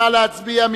נא להצביע.